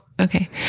Okay